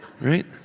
right